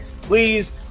please